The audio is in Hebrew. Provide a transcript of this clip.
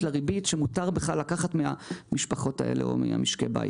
בריבית שמותר לקחת מהמשפחות האלה או ממשקי בית.